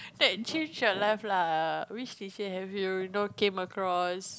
that change your life lah which teacher have you you know came across